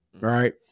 right